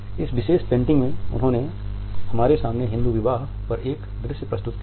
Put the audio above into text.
इस विशेष पेंटिंग में उन्होंने हमारे सामने हिंदू विवाह पर एक दृश्य प्रस्तुत किया है